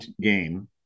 game